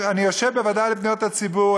אני יושב בוועדה לפניות הציבור.